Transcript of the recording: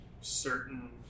certain